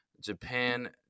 Japan